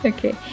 Okay